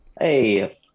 Hey